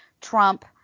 Trump